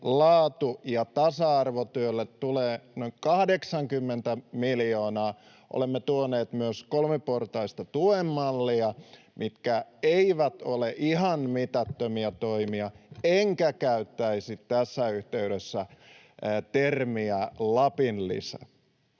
laatu- ja tasa-arvotyölle tulee noin 80 miljoonaa. Olemme tuoneet myös kolmiportaista tuen mallia, mitkä eivät ole ihan mitättömiä toimia, enkä käyttäisi tässä yhteydessä termiä ”lapinlisä”.